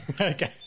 okay